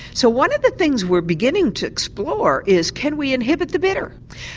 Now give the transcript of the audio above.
so one of the things we are beginning to explore is can we inhibit the bitter?